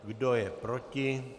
Kdo je proti?